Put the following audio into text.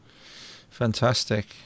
Fantastic